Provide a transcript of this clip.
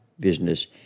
business